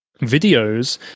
videos